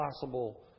possible